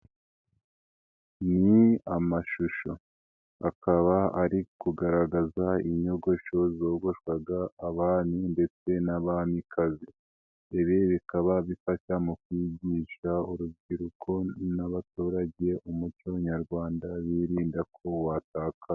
Ni amashusho akaba ari kugaragaza inyogosho zogoshwaga abami ndetse n'abamikazi, ibi bikaba bifasha mu kwigisha urubyiruko n'abaturage umuco nyarwanda birinda ko watakara.